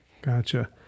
Gotcha